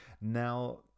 now